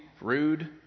rude